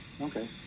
Okay